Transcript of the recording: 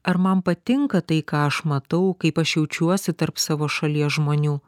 ar man patinka tai ką aš matau kaip aš jaučiuosi tarp savo šalies žmonių